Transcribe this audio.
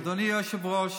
אדוני היושב-ראש,